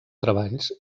treballs